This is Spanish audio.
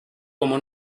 como